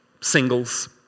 singles